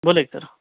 बोला की सर